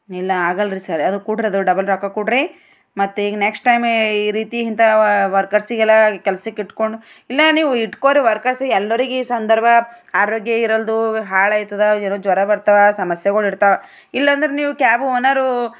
ಇಲ್ಲ ಆಗಲ್ರೀ ಸರ್ ಅದು ಕೂಡ್ರದು ಡಬಲ್ ರೊಕ್ಕ ಕೊಡ್ರಿ ಮತ್ತೀಗ ನೆಕ್ಸ್ಟ್ ಟೈಮ್ ಈ ರೀತಿ ಇಂತ ವರ್ಕರ್ಸಿಗೆಲ್ಲ ಕೆಲಸಕ್ಕಿಟ್ಕೊಂಡು ಇಲ್ಲ ನೀವು ಇಟ್ಕೋರಿ ವರ್ಕರ್ಸಿಗೆಲ್ಲರಿಗೂ ಈ ಸಂದರ್ಭ ಆರೋಗ್ಯ ಇರಲ್ದು ಹಾಳಾಯ್ತದ ಏನೊ ಜ್ವರ ಬರ್ತಾವ ಸಮಸ್ಯೆಗಳಿರ್ತಾವ ಇಲ್ಲಂದ್ರ ನೀವು ಕ್ಯಾಬ್ ಓನರು